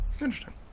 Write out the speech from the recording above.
Interesting